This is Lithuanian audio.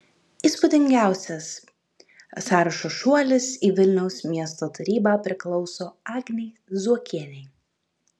įspūdingiausias sąrašo šuolis į vilniaus miesto tarybą priklauso agnei zuokienei